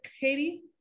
Katie